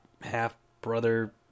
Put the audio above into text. half-brother